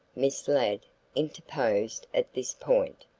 miss ladd interposed at this point.